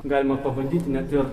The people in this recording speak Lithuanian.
galima pabandyti net ir